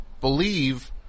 believe